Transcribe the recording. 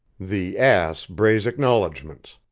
the ass brays acknowledgments,